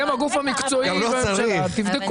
אתם הגוף המקצועי תבדקו.